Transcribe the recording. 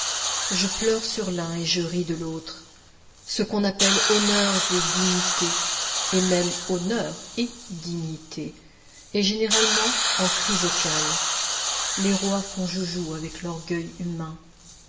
je pleure sur l'un et je ris de l'autre ce qu'on appelle honneurs et dignités et même honneur et dignité est généralement en chrysocale les rois font joujou avec l'orgueil humain